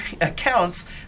accounts